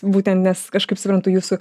būtent nes aš kaip suprantu jūsų